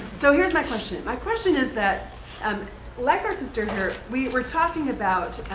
so here's my question my question is that um like our sister here, we were talking about